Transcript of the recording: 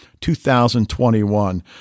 2021